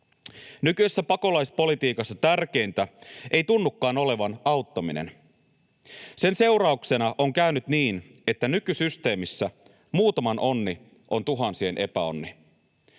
Nykyisessä pakolaispolitiikassa tärkeintä ei tunnukaan olevan auttaminen. Sen seurauksena on käynyt niin, että nykysysteemissä muutaman onni on tuhansien epäonni.